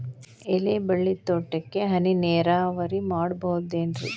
ಎಲೆಬಳ್ಳಿ ತೋಟಕ್ಕೆ ಹನಿ ನೇರಾವರಿ ಮಾಡಬಹುದೇನ್ ರಿ?